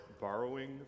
borrowing